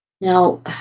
Now